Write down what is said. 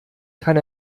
kann